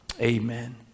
Amen